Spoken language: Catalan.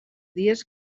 dies